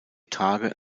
tage